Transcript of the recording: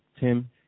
tim